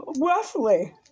roughly